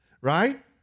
right